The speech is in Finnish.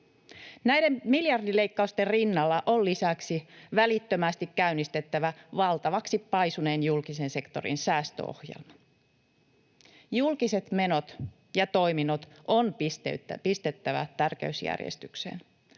Näiden miljardileikkausten rinnalla on lisäksi välittömästi käynnistettävä valtavaksi paisuneen julkisen sektorin säästöohjelma. Julkiset menot ja toiminnot on pistettävä tärkeysjärjestykseen.